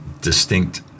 distinct